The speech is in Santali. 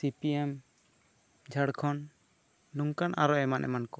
ᱥᱤ ᱯᱤ ᱮᱢ ᱡᱷᱟᱲᱠᱷᱚᱸᱰ ᱱᱚᱝᱠᱟᱱ ᱟᱨᱚ ᱮᱢᱟᱱ ᱮᱢᱟᱱ ᱠᱚ